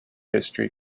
history